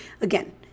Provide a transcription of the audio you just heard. again